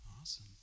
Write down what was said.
awesome